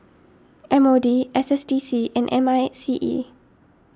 M O D S S D C and M I C E